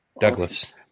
Douglas